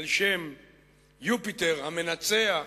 על שם יופיטר המנצח,